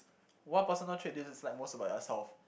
one personal trait this is like most about yourself